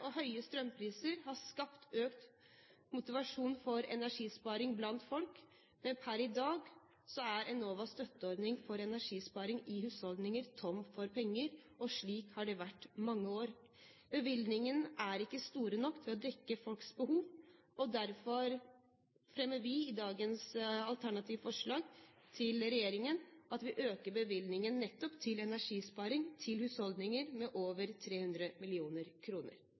og høye strømpriser har skapt økt motivasjon for energisparing blant folk, men per i dag er Enovas støtteordning for energisparing i husholdninger tom for penger, og slik har det vært i mange år. Bevilgningene er ikke store nok til å dekke folks behov, og derfor fremmer vi i vårt alternative budsjett forslag om å øke bevilgningen nettopp til energisparing til husholdninger med over 300